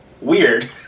weird